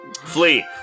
Flee